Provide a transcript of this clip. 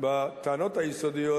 בטענות היסודיות,